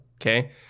okay